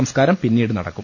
സംസ്കാരം പിന്നീട് നടക്കും